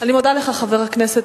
היא בוחרת שלא לבחור בחיים.